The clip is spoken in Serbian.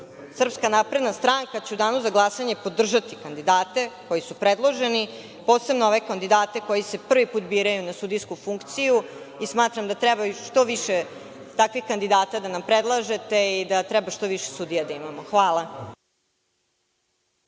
Srpska napredna stranka će u danu za glasanje podržati kandidate koji supredloženi, posebno ove kandidate koji se prvi put biraju na sudijsku funkciju i smatram da treba što više takvih kandidata da nam predlažete i da treba što više sudija da imamo. Hvala.